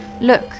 Look